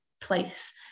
place